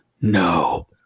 no